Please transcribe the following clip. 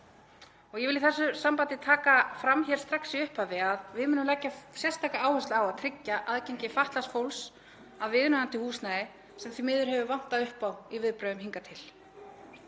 á. Ég vil í þessu sambandi taka fram strax í upphafi að við munum leggja sérstaka áherslu á að tryggja aðgengi fatlaðs fólks að viðunandi húsnæði sem því miður hefur vantað upp á í viðbrögðum hingað til.